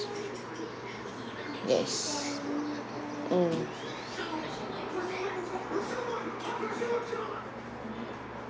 yes mm